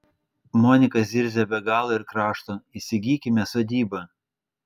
monika zirzia be galo ir krašto įsigykime sodybą